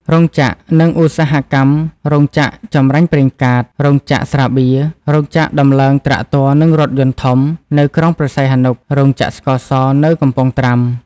រោងចក្រ និងឧស្សាហកម្ម រោងចក្រចម្រាញ់ប្រេងកាត, រោងចក្រស្រាបៀរ, រោងចក្រដំឡើងត្រាក់ទ័រនិងរថយន្តធំ នៅក្រុងព្រះសីហនុ, រោងចក្រស្ករស នៅកំពង់ត្រាំ។